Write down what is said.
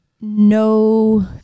no